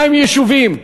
יישובים,